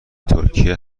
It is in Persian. ترکیه